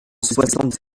soixante